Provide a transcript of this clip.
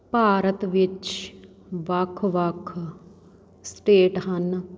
ਭਾਰਤ ਵਿੱਚ ਵੱਖ ਵੱਖ ਸਟੇਟ ਹਨ